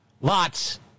Lots